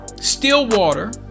Stillwater